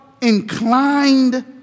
inclined